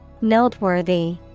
Noteworthy